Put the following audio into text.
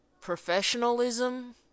professionalism